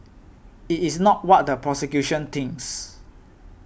it is not what the prosecution thinks